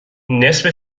نصف